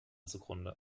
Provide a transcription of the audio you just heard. zugrunde